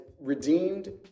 redeemed